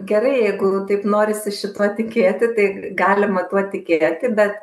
gerai jeigu taip norisi šituo tikėti tai galima tuo tikėti bet